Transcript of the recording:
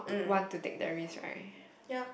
mm yeah